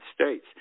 States